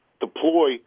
deploy